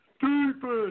defense